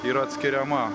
yra atskiriama